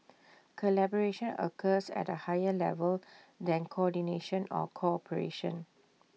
collaboration occurs at A higher level than coordination or cooperation